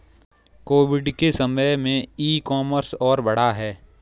Covid के समय में ई कॉमर्स और बढ़ा है